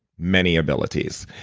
many abilities.